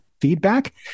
feedback